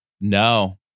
No